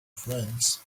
friends